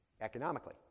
economically